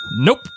Nope